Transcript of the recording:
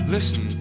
Listen